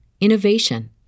innovation